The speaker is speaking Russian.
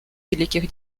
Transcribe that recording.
великих